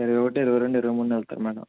ఇరవై ఒకటి ఇరవై రెండు ఇరవై మూడున వెళ్తారు మేడం